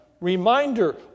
reminder